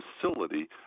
facility